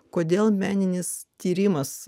kodėl meninis tyrimas